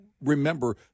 remember